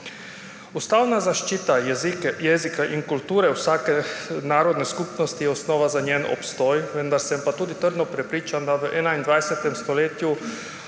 Ustavna zaščita jezika in kulture vsake narodne skupnosti je osnova za njen obstoj, vendar sem tudi trdno prepričan, da moramo v 21. stoletju